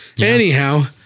anyhow